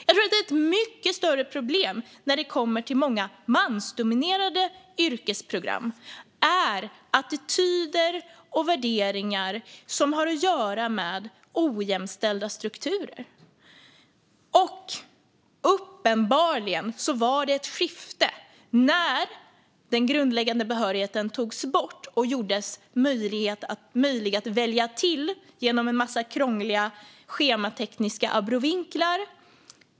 Jag tror att ett mycket större problem när det gäller många mansdominerade yrkesprogram är attityder och värderingar som har att göra med ojämställda strukturer. Uppenbarligen var det ett skifte när den grundläggande behörigheten togs bort och gjordes möjlig att välja till genom en massa krångliga schematekniska abrovinker.